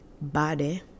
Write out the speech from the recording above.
body